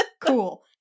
Cool